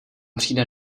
přijde